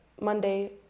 Monday